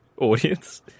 audience